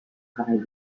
travail